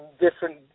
different